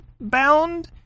bound